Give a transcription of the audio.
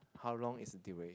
how long is the duration